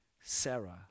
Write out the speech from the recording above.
Sarah